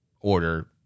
order